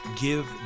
give